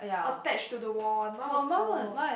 attached to the wall [one] my was orh